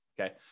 okay